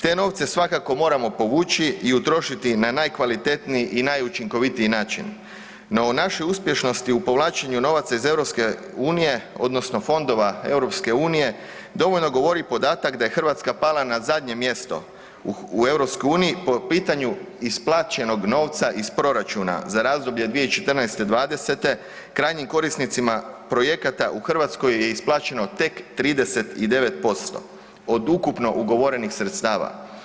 Te novce svakako moramo povući i utrošiti na najkvalitetniji i najučinkovitiji način, no o našoj uspješnosti u povlačenju novaca iz EU odnosno fondova EU dovoljno govori podatak da je Hrvatska pala na zadnje mjesto u EU po pitanju isplaćenog novca iz proračuna za razdoblje 2014.-'20.; krajnjim korisnicima projekata u Hrvatskoj je isplaćeno tek 39% od ukupno ugovorenih sredstava.